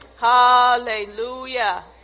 Hallelujah